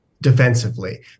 Defensively